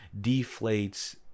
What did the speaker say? deflates